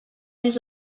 yüz